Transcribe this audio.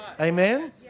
amen